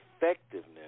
effectiveness